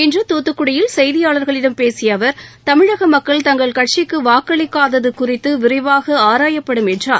இன்று துத்துக்குடியில் செய்தியாளாகளிடம் பேசிய அவா தமிழக மக்கள் தங்கள் கட்சிக்கு வாக்களிக்காதது குறித்து விரிவாக ஆராயப்படும் என்றார்